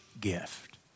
gift